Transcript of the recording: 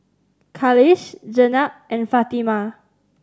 Khalish Jenab and Fatimah